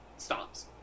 stops